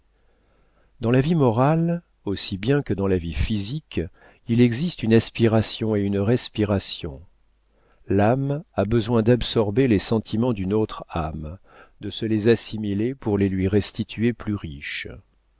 dans la vie morale aussi bien que dans la vie physique il existe une aspiration et une respiration l'âme a besoin d'absorber les sentiments d'une autre âme de se les assimiler pour les lui restituer plus riches